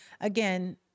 again